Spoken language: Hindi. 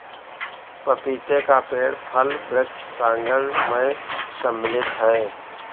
पपीते का पेड़ फल वृक्ष प्रांगण मैं सम्मिलित है